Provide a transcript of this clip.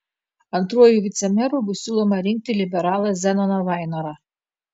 antruoju vicemeru bus siūloma rinkti liberalą zenoną vainorą